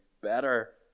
better